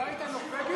לא היית נורבגי?